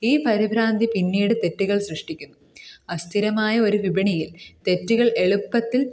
ഈ പരിഭ്രാന്തി പിന്നീട് തെറ്റുകൾ സൃഷ്ടിക്കുന്നു അസ്ഥിരമായ ഒരു വിപണിയിൽ തെറ്റുകൾ എളുപ്പത്തിൽ